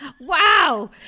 wow